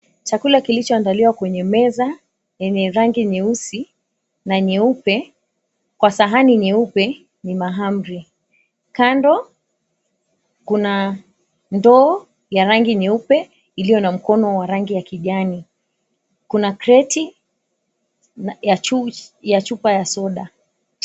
Chakula kilichoandaliwa kwenye meza yenye rangi nyeusi na nyeupe kwa sahani nyeupe ni mahamri. Kando kuna ndoo ya rangi nyeupe iliyo na mkono wa rangi ya kijani kuna kreti ya chupa ya soda.